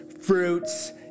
fruits